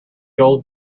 old